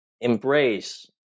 embrace